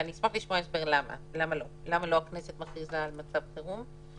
ואני אשמח לשמוע הסבר למה הכנסת לא זאת שמכריזה על מצב חירום.